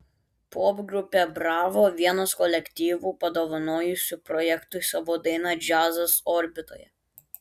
popgrupė bravo vienas kolektyvų padovanojusių projektui savo dainą džiazas orbitoje